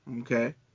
Okay